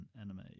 anime